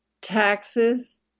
taxes